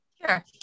Sure